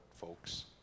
folks